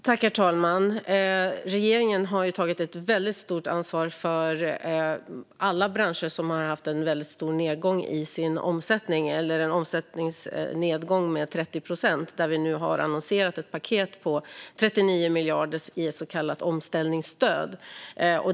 Herr talman! Regeringen har tagit ett väldigt stort ansvar för alla branscher som har haft stor nedgång i sin omsättning, alltså en omsättningsnedgång med 30 procent. Vi har aviserat ett paket med 39 miljarder i så kallat omställningsstöd.